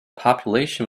population